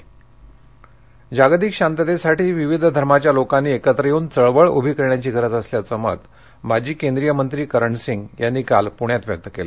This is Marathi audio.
पुरस्कार जागतिक शांततेसाठी विविध धर्माच्या लोकांनी एकत्र येऊन चळवळ उभी करण्याची गरज असल्याचं मत माजी केंद्रीय मंत्री करण सिंग यांनी काल पूण्यात व्यक्त केलं